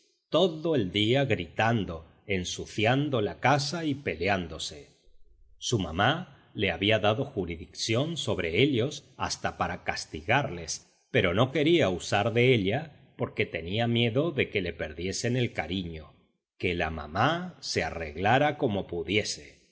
todo el día gritando ensuciando la casa y peleándose su mamá le había dado jurisdicción sobre ellos hasta para castigarles pero no quería usar de ella porque tenía miedo de que le perdiesen el cariño que la mamá se arreglara como pudiese